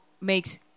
makes